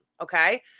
Okay